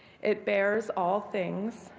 it bares all things,